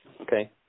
okay